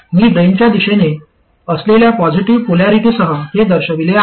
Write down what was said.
मी ड्रेनच्या दिशेने असलेल्या पॉजिटीव्ह पोलॅरिटीसह हे दर्शविले आहे